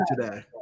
today